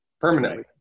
permanently